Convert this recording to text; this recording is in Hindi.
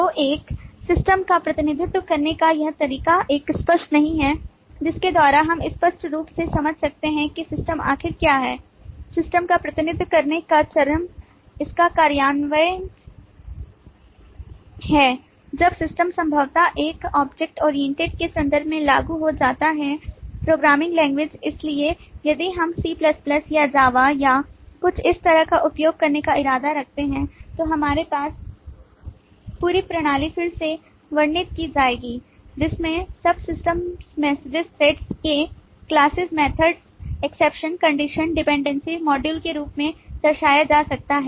तो एक सिस्टम का प्रतिनिधित्व करने का यह तरीका एक स्पष्ट नहीं है जिसके द्वारा हम स्पष्ट रूप से समझ सकते हैं कि सिस्टम आखिर क्या है सिस्टम का प्रतिनिधित्व करने का चरम इसका कार्यान्वयन है जब सिस्टम संभवतः एक ऑब्जेक्ट ओरिएंटेड के संदर्भ में लागू हो जाता है प्रोग्रामिंग लैंग्वेज इसलिए यदि हम C या Java या कुछ इस तरह का उपयोग करने का इरादा रखते हैं तो हमारे पास पूरी प्रणाली फिर से वर्णित की जाएगी जिसमें sub systems messages threads के classes methods exception conditions dependencies modules के रूप में दर्शाया जा सकता है